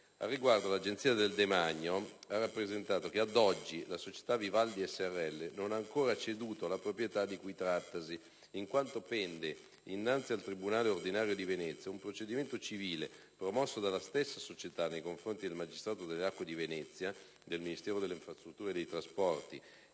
Al riguardo, l'Agenzia del demanio ha rappresentato che, ad oggi, la società Vivaldi srl non ha ancora ceduto la proprietà di cui trattasi, in quanto pende, innanzi al tribunale ordinario di Venezia, un procedimento civile promosso dalla predetta società nei confronti del Magistrato alle acque di Venezia, del Ministero delle infrastrutture e dei trasporti,